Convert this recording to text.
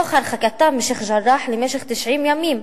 תוך הרחקתם משיח'-ג'ראח למשך 90 ימים,